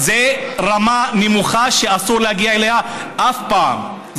זה רמה נמוכה שאסור להגיע אליה אף פעם.